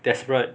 desperate